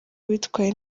bitwaye